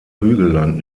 hügelland